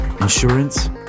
Insurance